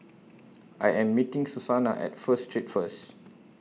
I Am meeting Susannah At First Street First